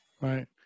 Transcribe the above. Right